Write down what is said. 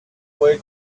way